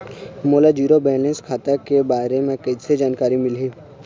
मोला zero balance खाता के बारे म कैसे जानकारी मिलही?